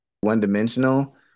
one-dimensional